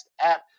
app